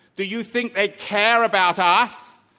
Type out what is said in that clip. do you think they care about us?